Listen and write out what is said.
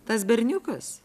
tas berniukas